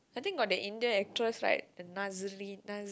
I think got the India actress right the Nazari Nazari